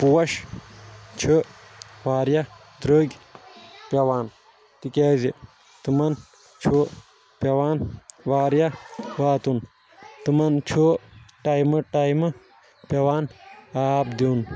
پوش چھِ واریاہ درٛگۍ پٮ۪وان تِکیازِ تِمَن چھُ پٮ۪وان واریاہ واتُن تِمَن چھُ ٹایمہٕ ٹایمہٕ پٮ۪وان آب دیُٚن